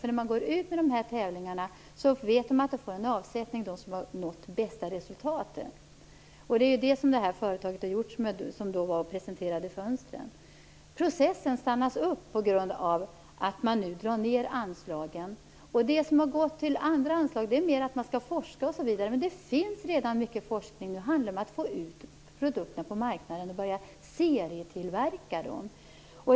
Om man går ut med de här tävlingarna vet de som har nått de bästa resultaten att de får avsättning. Det är det som det företag har gjort som presenterade fönstren. Den här processen stannas upp på grund av att man nu drar ned anslagen. Det som har gått till andra anslag handlar mer om att forska, men det finns redan mycket forskning. Nu handlar det om att få ut produkterna på marknaden och börja serietillverka dem.